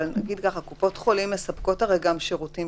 אבל קופות החולים מספקות גם שירותים